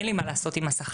אין לי מה לעשות עם השכר.